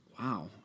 Wow